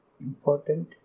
important